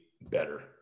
better